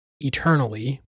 eternally